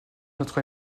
notre